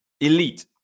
Elite